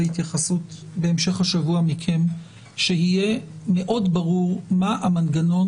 התייחסות מכם בהמשך השבוע - שיהיה מאוד ברור מה המנגנון